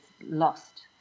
lost